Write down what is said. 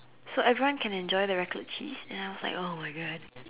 so everyone can enjoy the Raclette cheese and I was like !oh-my-God!